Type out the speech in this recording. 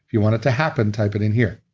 you want it to happen, type it in here.